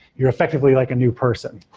you're effectively like a new person.